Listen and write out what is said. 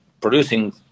producing